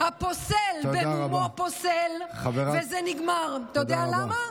הפוסל במומו פוסל, וזה נגמר, אתה יודע למה?